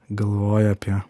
galvoja apie